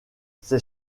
ces